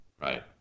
right